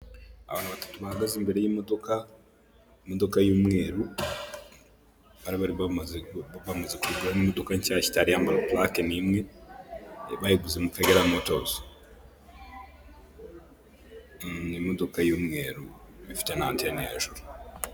Abantu batatu bahagaze imbere y'imodoka, imodoka y'umweru bari bamaze kuyigura ni imodoka nshyashya itari yambara purake n'imwe, bayiguze mu Kagera motozi, ni imodoka y'umweru ifite n'antene hejuru.